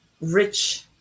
rich